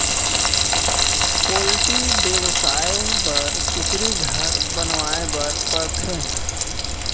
poultry बेवसाय बर कुकुरी घर बनवाए बर परथे